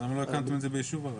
אז למה לא הקמתם את זה ביישוב ערבי?